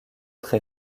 très